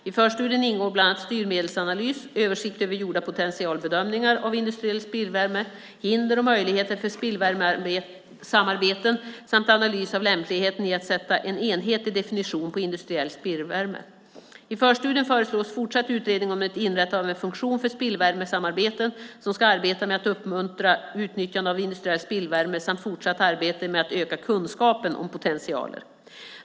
I förstudien ingår bland annat styrmedelsanalys, översikt över gjorda potentialbedömningar av industriell spillvärme, hinder och möjligheter för spillvärmesamarbeten samt analys av lämpligheten i att sätta en enhetlig definition på industriell spillvärme. I förstudien föreslås fortsatt utredning om inrättandet av en funktion för spillvärmesamarbeten som ska arbeta med att uppmuntra utnyttjande av industriell spillvärme samt fortsatt arbete med att öka kunskapen om potentialer.